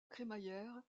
crémaillère